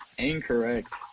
Incorrect